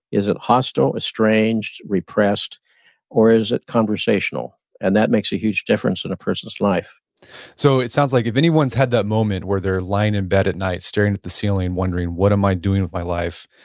is it hostile, estranged, repressed or is it conversational? and that makes a huge difference in a person's life so it sounds like, if anyone's had that moment where they're lying in bed at night staring at the ceiling wondering, what am i doing with my life,